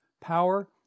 power